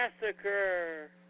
Massacre